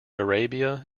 arabia